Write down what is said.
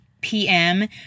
PM